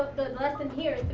the lesson here